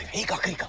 he got the